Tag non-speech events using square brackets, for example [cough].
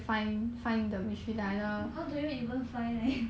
how do you even find leh [laughs]